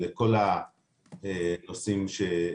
אני אתייחס לכל הנושאים שהעלית.